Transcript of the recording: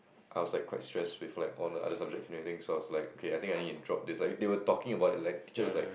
I was like quite stressed with like all the other subjects and everything so I was like okay I think I need to drop this they were talking about it like my teacher was like